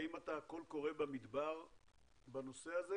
האם אתה קול קורא במדבר בנושא הזה